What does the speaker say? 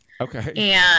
Okay